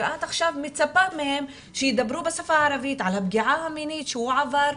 ואת עכשיו מצפה מהם שידברו בשפה העברית על הפגיעה המינית שהוא עבר.